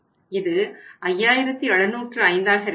இது 5705 ஆக இருக்காது